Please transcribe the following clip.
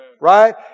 Right